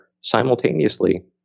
simultaneously